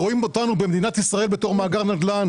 רואים אותנו במדינת ישראל בתור מאגר נדל"ן